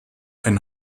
ein